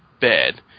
bad